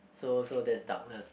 so so that's darkness